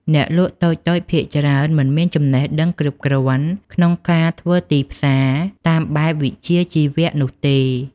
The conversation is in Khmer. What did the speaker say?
អ្នកលក់តូចៗភាគច្រើនមិនមានចំណេះដឹងគ្រប់គ្រាន់ក្នុងការធ្វើទីផ្សារតាមបែបវិជ្ជាជីវៈនោះទេ។